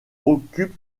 occupe